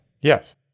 Yes